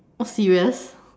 serious